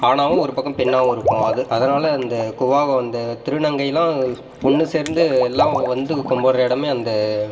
ஆணாகவும் ஒரு பக்கோம் பெண்ணாகவும் இருக்கும் அது அதனாலே அந்த குவாக அந்த திருநங்கையெலாம் ஒன்று சேர்ந்து எல்லாம் வந்து கும்பிட்ற இடமே அந்த